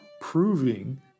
proving